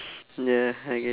ya I guess